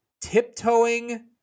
tiptoeing